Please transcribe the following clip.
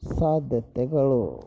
ಸಾಧ್ಯತೆಗಳು